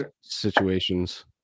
situations